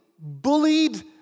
bullied